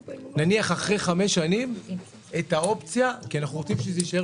נניח אחרי 5 שנים את האופציה כי אנחנו רוצים שזה יישאר